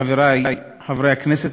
חברי חברי הכנסת,